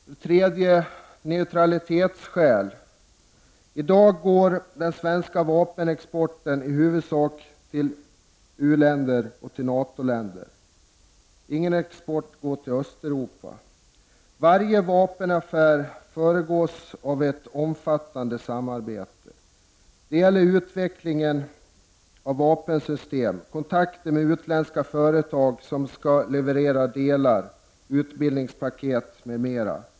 Beträffande neutralitetsskäl: I dag går den svenska vapenexporten i huvudsak till u-länder och till NATO-länder. Ingen export går till Östeuropa. Varje vapenaffär föregås av ett omfattande samarbete. Det gäller utvecklingen av vapensystem, kontakter med utländska företag som skall leverera delar, utbildningspaket m.m.